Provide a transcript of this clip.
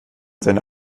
seine